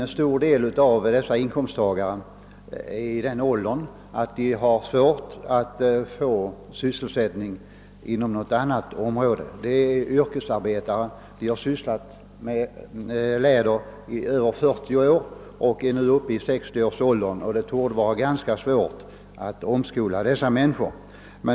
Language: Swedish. En stor del av dessa inkomsttagare är i den åldern då de har svårt att få sysselsättning inom andra områden. De är yrkesarbetare och har sysslat med läder i över 40 år. De är nu uppe i 60 årsåldern, och det torde vara ganska svårt att omskola dem.